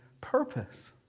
purpose